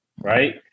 right